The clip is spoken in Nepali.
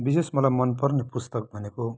विशेष मलाई मन पर्ने पुस्तक भनेको